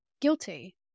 guilty